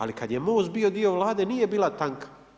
Ali, kada je Most bio dio Vlade, nije bila tanka.